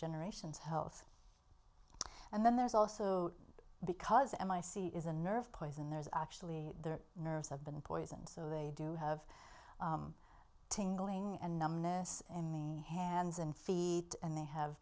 generations health and then there's also because m i c is a nerve poison there's actually the nerves have been poisoned so they do have tingling and numbness in the hands and feet and they have